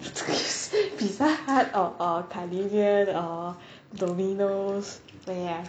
pizza hut or or canadian or or dominoes where ah